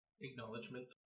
acknowledgement